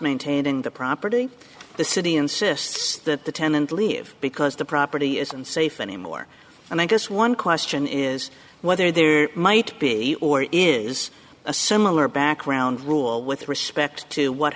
maintaining the property the city insists that the tenant leave because the property isn't safe anymore and i guess one question is whether there might be or is a similar background rule with respect to what